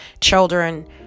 children